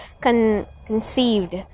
conceived